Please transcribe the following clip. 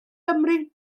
gymryd